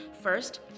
First